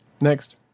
Next